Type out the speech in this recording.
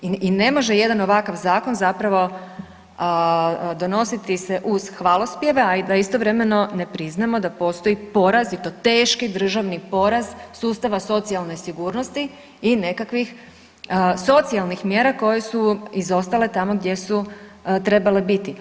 I ne može jedan ovakav zakon zapravo donositi se uz hvalospjeve, a da istovremeno ne priznamo da postoji poraz i to teški državni poraz sustava socijalne sigurnosti i nekakvih socijalnih mjera koje su izostale tamo gdje su trebale biti.